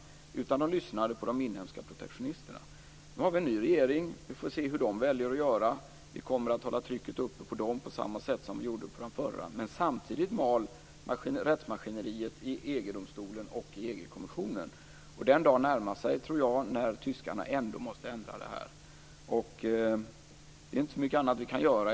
I stället lyssnade de på de inhemska protektionisterna. Nu är det en ny regering. Vi får se hur de väljer att göra. Vi kommer att hålla trycket uppe på dem, på samma sätt som vi gjorde på den förra. Men samtidigt mal rättsmaskineriet i EG-domstolen och i EG kommissionen. Jag tror att den dagen närmar sig när tyskarna ändå måste ändra det här. Det är inte så mycket annat vi kan göra.